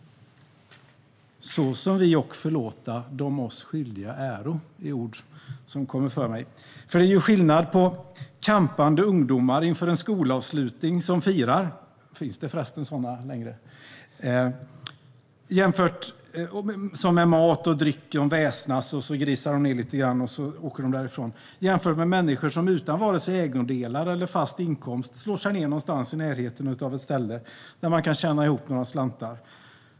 Såsom ock vi förlåta dem oss skyldiga äro är ord som kommer för mig. För det är skillnad mellan campande ungdomar - om det finns sådana ännu - som inför en skolavslutning firar med mat och dryck, väsnas, grisar ned lite grann och sedan åker därifrån och människor som utan vare sig ägodelar eller fast inkomst slår sig ned någonstans i närheten av ett ställe där de kan tjäna ihop några slantar.